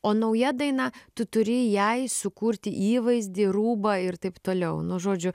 o nauja daina tu turi jai sukurti įvaizdį rūbą ir taip toliau nu žodžiu